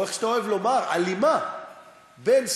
או איך